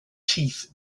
teeth